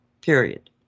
period